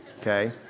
Okay